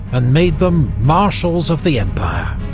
and made them marshals of the empire.